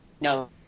no